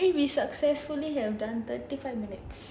!hey! we successfully have done thirty five minutes